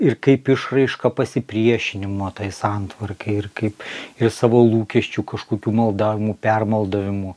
ir kaip išraiška pasipriešinimo tai santvarkai ir kaip ir savo lūkesčių kažkokių maldavimų permaldavimų